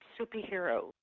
superhero